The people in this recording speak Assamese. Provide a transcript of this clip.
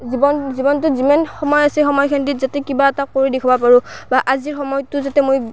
জীৱন জীৱনটোত যিমান সময় আছে সময়খিনিত যাতে কিবা এটা কৰি দেখুৱাব পাৰোঁ বা আজিৰ সময়টো যাতে মই